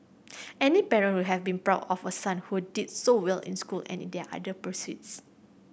any parent would have been proud of a son who did so well in school and in there other pursuits